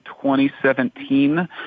2017